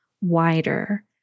wider